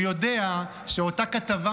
היא צודקת.